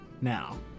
Now